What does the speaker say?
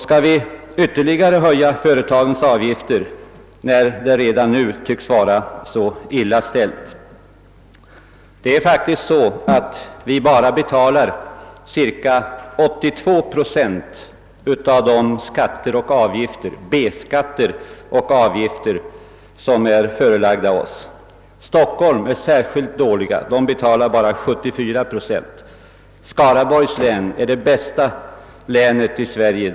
Skall vi då höja företagens avgifter ytterligare, när det redan nu tycks vara så illa ställt? Vi betalar nu endast cirka 82 procent av de B-skatter och avgifter som föreläggs oss. De som betalar B-skatt i Stockholm har det speciellt svårt, De betalar bara 74 pro cent. Skaraborgs län är det bästa länet i landet.